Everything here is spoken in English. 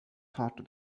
thought